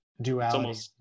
duality